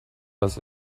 das